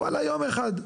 יום אחד.